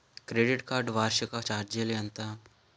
Credit card వార్షిక ఛార్జీలు ఎంత?